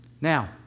Now